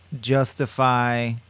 justify